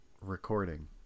Recording